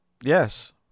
Yes